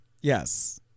Yes